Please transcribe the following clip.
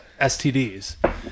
stds